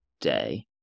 day